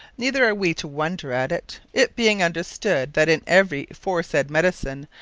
neither are we to wonder at it it being understood, that in every fore-said medicine,